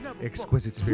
Exquisite